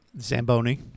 Zamboni